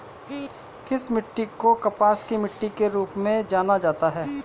किस मिट्टी को कपास की मिट्टी के रूप में जाना जाता है?